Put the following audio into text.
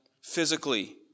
physically